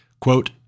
Quote